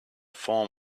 form